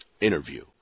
interview